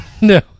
no